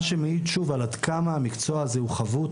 מה שמעיד שוב עד כמה המקצוע הזה הוא חבוט,